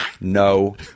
no